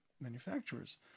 manufacturers